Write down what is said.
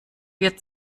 wir